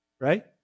right